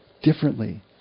differently